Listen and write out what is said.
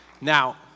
Now